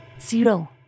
Zero